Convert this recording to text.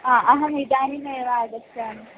हा अहम् इदानीमेव आगच्छामि